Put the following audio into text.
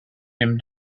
him